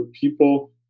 people